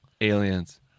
aliens